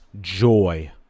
joy